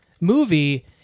movie